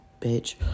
bitch